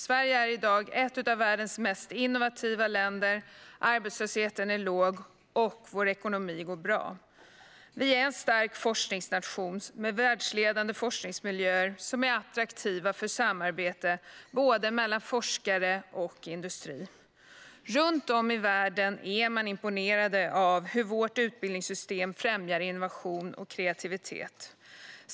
Sverige är i dag ett av världens mest innovativa länder, arbetslösheten är låg och vår ekonomi går bra. Sverige är en stark forskningsnation med världsledande forskningsmiljöer som är attraktiva för samarbete mellan forskare och industri. Runt om i världen är man imponerad av hur vårt utbildningssystem främjar innovation och kreativitet.